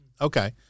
Okay